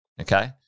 okay